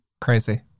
crazy